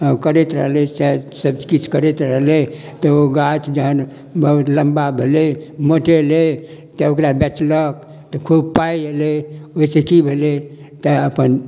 करैत रहलै सबकिछु करैत रहलै तऽ ओ गाछ जहन बहुत लम्बा भेलै मोटेलै तब ओकरा बेचलक तऽ खूब पाइ अएलै ओहिसँ कि भेलै तऽ अपन